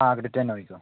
ആ അവിടുത്തെ നോക്കിക്കോ